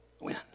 win